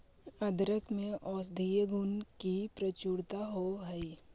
अदरक में औषधीय गुणों की प्रचुरता होवअ हई